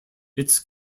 its